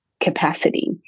capacity